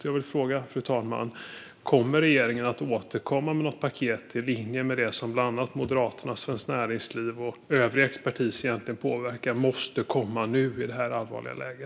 Jag vill fråga: Kommer regeringen att återkomma med något paket i linje med vad bland annat Moderaterna, Svenskt Näringsliv och övrig expertis menar måste komma nu i detta allvarliga läge?